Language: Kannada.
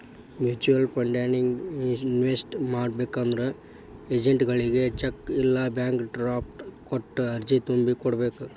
ಮ್ಯೂಚುಯಲ್ ಫಂಡನ್ಯಾಗ ಇನ್ವೆಸ್ಟ್ ಮಾಡ್ಬೇಕಂದ್ರ ಏಜೆಂಟ್ಗಳಗಿ ಚೆಕ್ ಇಲ್ಲಾ ಬ್ಯಾಂಕ್ ಡ್ರಾಫ್ಟ್ ಕೊಟ್ಟ ಅರ್ಜಿ ತುಂಬಿ ಕೋಡ್ಬೇಕ್